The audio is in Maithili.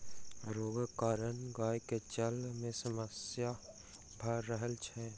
रोगक कारण गाय के चलै में समस्या भ रहल छल